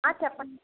ఆ చేప్పండి